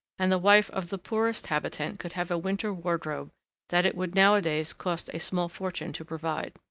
and the wife of the poorest habitant could have a winter wardrobe that it would nowadays cost a small fortune to provide.